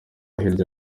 hirya